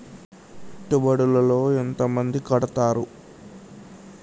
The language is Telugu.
పెట్టుబడుల లో ఎంత మంది కడుతరు?